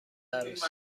عروسی